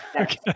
Okay